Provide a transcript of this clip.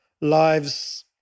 lives